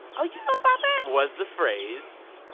oh, you know about that. was the phrase.